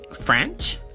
french